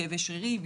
כאבי שרירים,